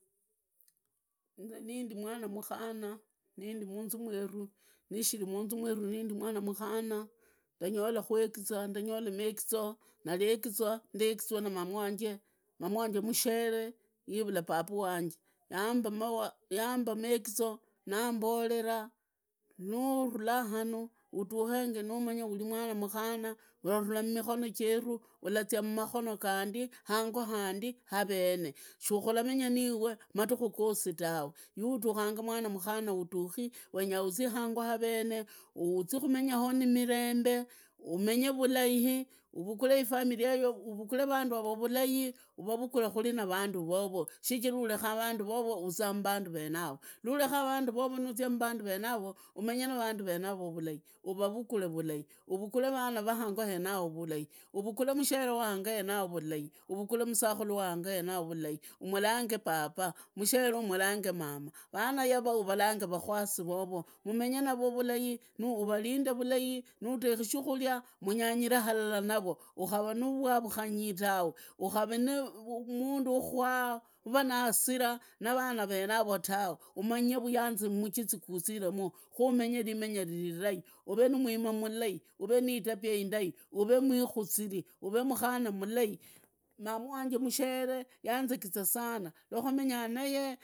Inze nindi mwana mukhana, nindi munzu mweru, nishiri munzu mweru, nishiri mwana mukhana ndanyora megizo, ndaegizwa na mama wanje, mama wanje mushere yubila papa wanje, yamba mawa, yamba maegizoo, naamborera nuvulaa hanu udukenge numanyi uri mwana mukana, uravula mumikono cheruu, urazia mamahono gandi, ango handi hareene shukuramenya niive, maduku gosi tawe, yadukanga mwana mukhana udukii wenya uzii hango hareene, uzi kumenya hoo nimirembe, umenye vulahi, uvukulee ifamili yeyoo uvukule vandu yavo vulai, uvavukule kuri narandu vovo, shichira urekanga vandu vovo uzaa mbanu renavo. Vulai uvavakule vulai, uvukule vulai, uvukule vana va hango henao vulai, uvukule ushere wa hango henao vulai, uvukule mushere wa hango henao vulai, umulange papa, mushere umurange mama, vana yavo uvalange vakwasi vovo, mumenye navo vulai, nuralinde vulai, nudeni shunulia unyangire halala navo, ukavaa navwarukano, ukavamundu wakuvaa naasira na varia renavo tawe uvamanye vuyanzi mumugizi guziremu, kuumenge rimenye rirai uve na mwima rirai, uvee niitabia indai, uvee mwikuziri. Mrshana mulai. Mama wanje mushere yanzemza sana, lwakwamenyaa naye.